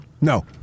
No